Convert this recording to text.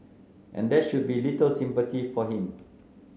and there should be little sympathy for him